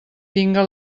tinga